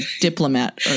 diplomat